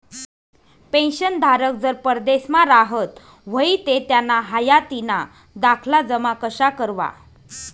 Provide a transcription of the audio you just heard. पेंशनधारक जर परदेसमा राहत व्हयी ते त्याना हायातीना दाखला जमा कशा करवा?